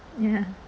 ya